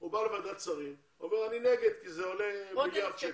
הוא בא לוועדת שרים ואומר שהוא נגד כי זה עולה מיליארד שקלים.